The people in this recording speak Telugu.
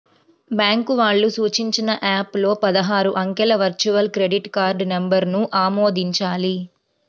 బ్యాంకు వాళ్ళు సూచించిన యాప్ లో పదహారు అంకెల వర్చువల్ క్రెడిట్ కార్డ్ నంబర్ను ఆమోదించాలి